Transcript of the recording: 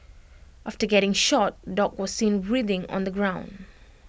after getting shot dog was seen writhing on the ground